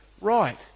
right